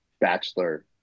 Bachelor